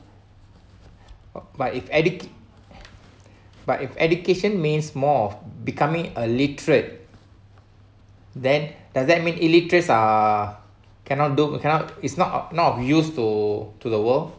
but if addict but if education means more of becoming a literate then does that mean illiterates are cannot do cannot is not of not of use to to the world